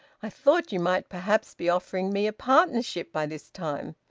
i thought you might perhaps be offering me a partnership by this time!